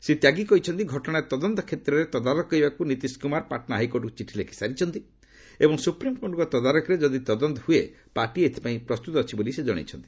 ସେ କହିଛନ୍ତି ଘଟଣାର ତଦନ୍ତ କ୍ଷେତ୍ରରେ ତଦାରଖ କରିବାକୁ ନିତୀଶ କୁମାର ପାଟନା ହାଇକୋର୍ଟକୁ ଚିଠି ଲେଖିସାରିଛନ୍ତି ଏବଂ ସୁପ୍ରିମ୍କୋର୍ଟଙ୍କ ତଦାରଖରେ ଯଦି ତଦନ୍ତ ହୁଏ ପାର୍ଟି ଏଥିପାଇଁ ପ୍ରସ୍ତୁତ ଅଛି ବୋଲି ସେ କହିଛନ୍ତି